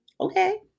okay